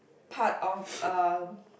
part of a